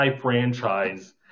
franchise